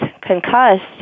concussed